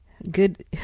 Good